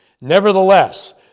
Nevertheless